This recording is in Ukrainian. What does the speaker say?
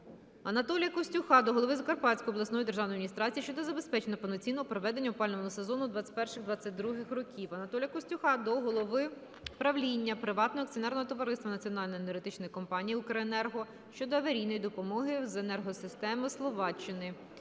Анатолія Костюха до голови Закарпатської обласної державної адміністрації щодо забезпечення повноцінного проведення опалювального сезону 2021-2022 років. Анатолія Костюха до Голови правління Приватного акціонерного товариства Національної енергетичної компанії "Укренерго" щодо аварійної допомоги з енергосистеми Словаччини.